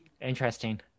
interesting